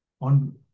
on